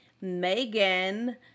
Megan